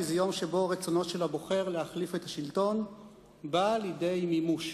כי זה יום שבו רצונו של הבוחר להחליף את השלטון בא לידי מימוש.